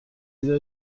داره